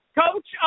coach